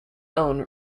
own